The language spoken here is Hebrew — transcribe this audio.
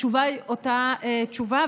התשובה היא אותה תשובה,